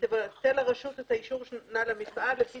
תבטל הרשות את האישור שנתנה לבעל המפעל לפי